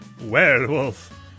werewolf